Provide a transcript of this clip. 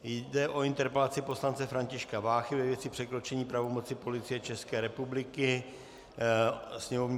Jde o interpelaci poslance Františka Váchy ve věci překročení pravomoci Policie České republiky, sněmovní tisk 692.